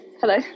Hello